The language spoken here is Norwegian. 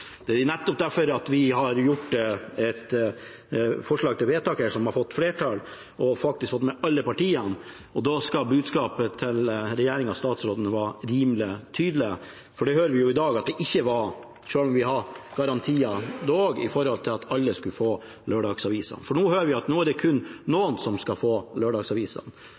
Det er nettopp derfor vi fremmer et forslag, som har fått flertall – vi har faktisk fått med oss alle partiene – og da skal budskapet til regjeringen og statsråden være rimelig tydelig. Det hører vi jo i dag at budskapet ikke var da vi vedtok postloven, selv om vi også da hadde garantier om at alle skulle få lørdagsavisene. Nå hører vi at det kun er noen som skal få lørdagsavisene.